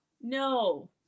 No